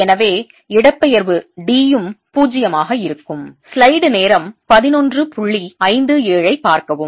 எனவே இடப்பெயர்வு Dயும் 0 ஆக இருக்கும்